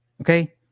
Okay